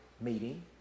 meeting